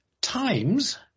times